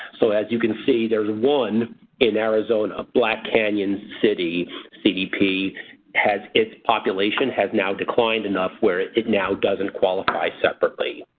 so as you can see there'd one in arizona. black canyon city cdp has its population has now declined enough where it it now doesn't qualify separately.